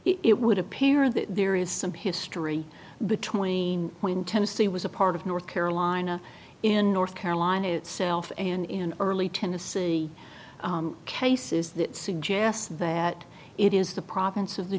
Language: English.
it would appear that there is some history between when tennessee was a part of north carolina in north carolina itself and in early tennessee cases that suggests that it is the province of the